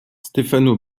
stefano